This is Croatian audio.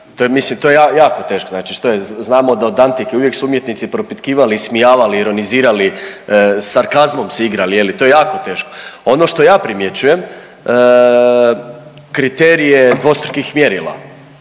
znači što je, znamo da od antike uvijek su umjetnici propitkivali, ismijavali, ironizirali, sarkazmom se igrali je li, to je jako teško. Ono što ja primjećujem kriterij je dvostrukih mjerila